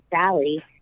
Sally